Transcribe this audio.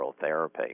therapy